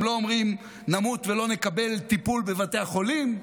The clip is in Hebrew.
הם לא אומרים: נמות ולא נקבל טיפול בבתי החולים.